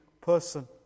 person